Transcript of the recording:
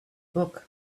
book